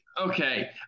okay